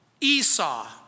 Esau